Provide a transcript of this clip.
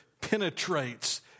penetrates